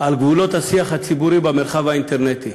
על גבולות השיח הציבורי במרחב האינטרנטי,